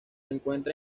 encuentra